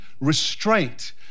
restraint